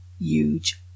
huge